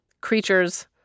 Creatures